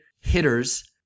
hitters –